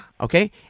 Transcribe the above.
okay